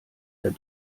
der